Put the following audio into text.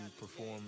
perform